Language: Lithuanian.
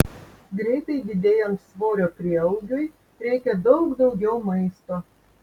greitai didėjant svorio prieaugiui reikia daug daugiau maisto